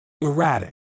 erratic